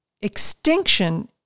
extinction